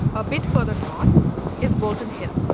a bit further north is bolton hill.